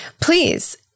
please